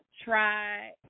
try